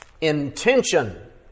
intention